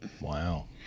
Wow